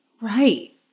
Right